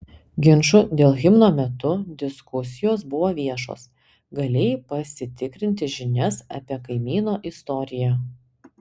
ginčų dėl himno metu diskusijos buvo viešos galėjai pasitikrinti žinias apie kaimyno istoriją